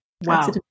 Wow